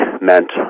meant